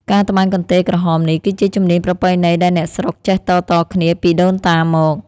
ការត្បាញកន្ទេលក្រហមនេះ គឺជាជំនាញប្រពៃណីដែលអ្នកស្រុកចេះតៗគ្នាពីដូនតាមក។